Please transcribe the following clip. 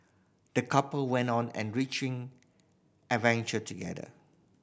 the couple went on enriching adventure together